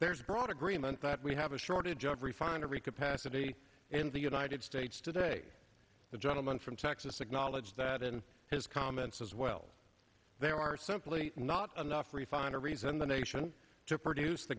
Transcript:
there's broad agreement that we have a shortage of refinery capacity in the united states today the gentleman from texas acknowledged that in his comments as well there are simply not enough refineries in the nation to produce the